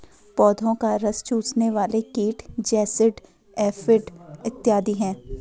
पौधों का रस चूसने वाले कीट जैसिड, एफिड इत्यादि हैं